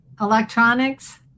electronics